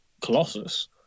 Colossus